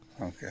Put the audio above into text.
Okay